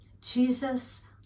Jesus